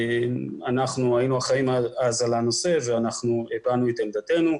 אנחנו היינו אחראים אז על הנושא והבענו את עמדתנו.